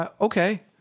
okay